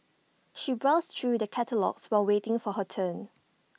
she browsed through the catalogues while waiting for her turn